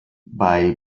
bei